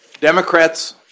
Democrats